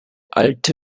alte